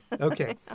Okay